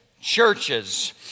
Churches